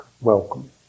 welcome